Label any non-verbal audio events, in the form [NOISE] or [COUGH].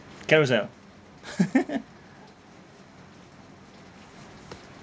Carousell [LAUGHS]